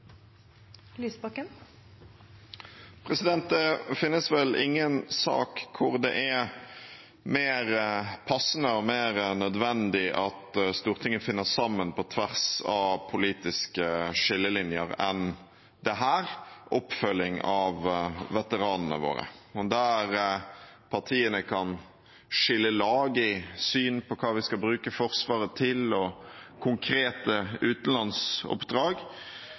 mer passende og mer nødvendig at Stortinget finner sammen på tvers av politiske skillelinjer, enn denne – oppfølging av veteranene våre. Der partiene kan skille lag i synet på hva vi skal bruke Forsvaret til, og konkrete utenlandsoppdrag,